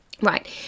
Right